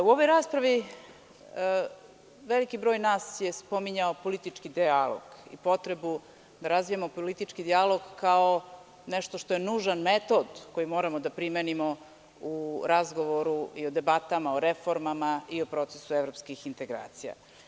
U ovoj raspravi veliki broj nas je spominjao politički dijalog i potrebu da razvijamo politički dijalog kao nešto što je nužan metod koji moramo da primenimo u razgovoru i u debatama o reformama i o procesu evropskih integracija.